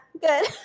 good